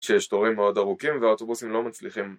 שיש תורים מאוד ארוכים והאוטובוסים לא מצליחים